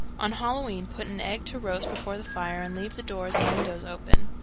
on halloween put an egg to roast before the fire and leave the doors and windows open.